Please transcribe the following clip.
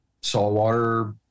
saltwater